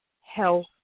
health